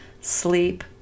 sleep